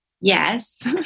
Yes